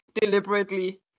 deliberately